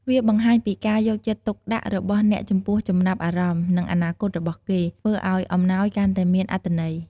វាបង្ហាញពីការយកចិត្តទុកដាក់របស់អ្នកចំពោះចំណាប់អារម្មណ៍ និងអនាគតរបស់គេ ធ្វើឱ្យអំណោយកាន់តែមានអត្ថន័យ។